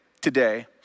today